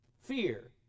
fear